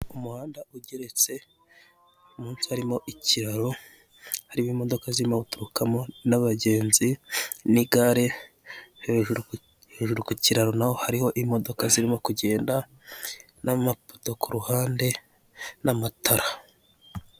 Umuhanda ugeretse munsi harimo ikiraro harimo imodoka ziri guturukamo n'abagenzi n'igare, hejuru ku kiraro naho hariho imodoka zirimo kugenda n'amapoto ku ruhande n'amatara.